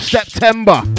September